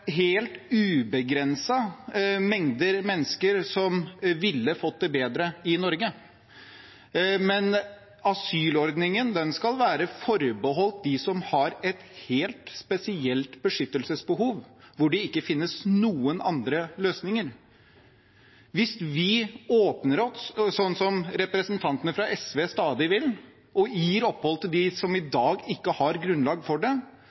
helt ubegrenset med mennesker som ville fått det bedre i Norge, men asylordningen skal være forbeholdt dem som har et helt spesielt beskyttelsesbehov, hvor det ikke finnes noen andre løsninger. Hvis vi åpner opp, sånn som representantene fra SV stadig vil, og gir opphold til dem som i dag ikke har grunnlag for det,